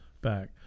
back